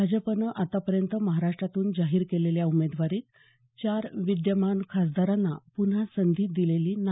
भाजपनं आतापर्यंत महाराष्ट्रातून जाहीर केलेल्या उमेदवारीत चार विद्यमान खासदारांना पुन्हा संधी दिलेली नाही